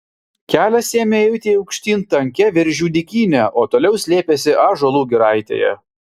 kelias ėmė eiti aukštyn tankia viržių dykyne o toliau slėpėsi ąžuolų giraitėje